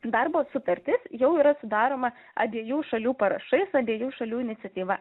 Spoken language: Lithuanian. darbo sutartis jau yra sudaroma abiejų šalių parašais abiejų šalių iniciatyva